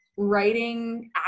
Writing